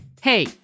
Hey